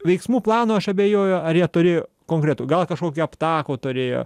veiksmų planą aš abejoju ar jie turėjo konkretų gal kažkokį aptakų turėjo